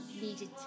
needed